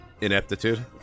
Ineptitude